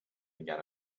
began